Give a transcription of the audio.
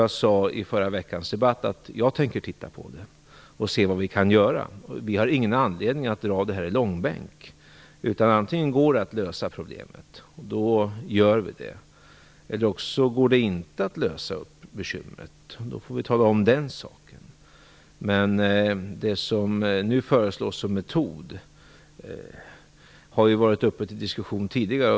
Jag sade i förra veckans debatt att jag tänker titta på det och se vad vi kan göra. Vi har ingen anledning att dra det här i långbänk. Antingen går det att lösa problemet, och då gör vi det, eller går det inte att komma till rätta med det, och då får vi redovisa det. Den nu föreslagna metoden har ju varit uppe till diskussion tidigare.